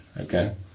Okay